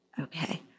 Okay